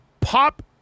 pop